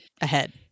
ahead